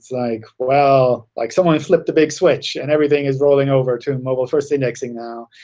like well, like someone flipped a big switch and everything is rolling over to mobile-first indexing now.